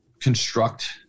construct